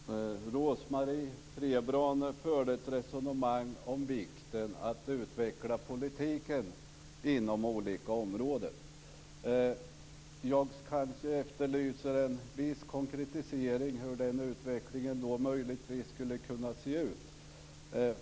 Fru talman! Rose-Marie Frebran förde ett resonemang om vikten av att utveckla politiken inom olika områden. Jag efterlyser en viss konkretisering av hur den utvecklingen skulle kunna se ut.